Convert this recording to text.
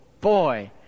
boy